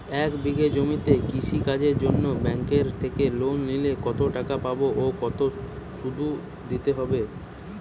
এক বিঘে জমিতে কৃষি কাজের জন্য ব্যাঙ্কের থেকে লোন নিলে কত টাকা পাবো ও কত শুধু দিতে হবে?